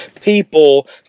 people